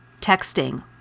texting